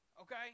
Okay